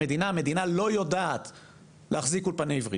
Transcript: ההוא לא טוב לו, ההוא כן טוב לו, הוא שבוע הבא,